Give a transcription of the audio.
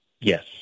yes